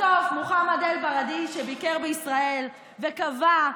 בסוף מוחמד אל-בראדעי, שביקר בישראל, וקבע,